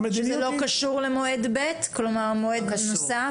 שזה לא קשור למועד ב', כלומר מועד נוסף?